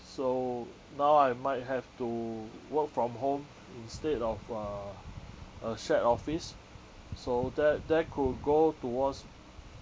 so now I might have to work from home instead of a a shared office so that that could go towards